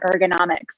ergonomics